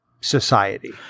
society